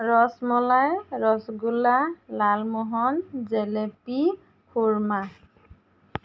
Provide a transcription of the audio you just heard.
ৰসমলাই ৰসগোল্লা লালমোহন জিলাপি খোৰমা